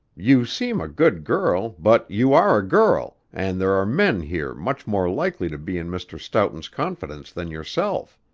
you seem a good girl, but you are a girl, and there are men here much more likely to be in mr. stoughton's confidence than yourself.